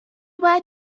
باید